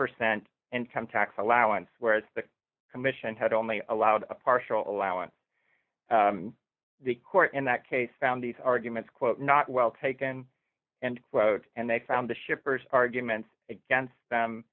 percent income tax allowance whereas the commission had only allowed a partial allowance the court in that case found these arguments quote not well taken and quote and they found the shippers arguments against them